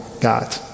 God